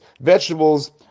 vegetables